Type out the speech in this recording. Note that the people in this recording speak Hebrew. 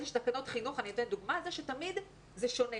יש תקנות חינוך, אני אתן דוגמה, שתמיד זה שונה.